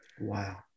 Wow